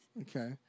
Okay